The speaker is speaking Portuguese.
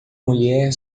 mulher